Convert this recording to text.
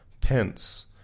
Pence